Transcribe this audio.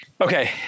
Okay